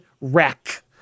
wreck